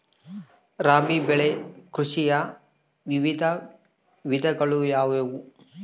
ರಾಬಿ ಬೆಳೆ ಕೃಷಿಯ ವಿವಿಧ ವಿಧಗಳು ಯಾವುವು?